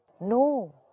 No